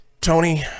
tony